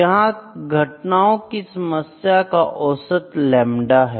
यहां घटनाओं की संख्याओं का औसत लेमड़ा है